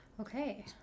Okay